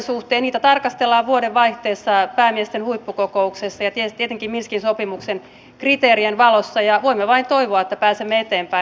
sanktioita tarkastellaan vuodenvaihteessa päämiesten huippukokouksessa ja tietysti etenkin minskin sopimuksen kriteerien valossa ja voimme vain toivoa että pääsemme eteenpäin